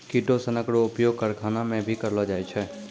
किटोसनक रो उपयोग करखाना मे भी करलो जाय छै